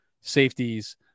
Safeties